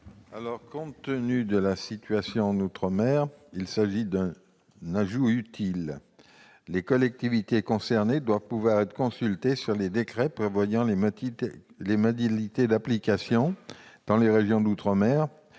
? Compte tenu de la situation outre-mer, il s'agit d'un ajout utile. Les collectivités concernées doivent pouvoir être consultées sur le décret prévoyant les modalités d'application dans les départements